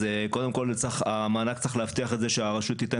אז קודם כל המענק צריך להבטיח את זה שהרשות תיתן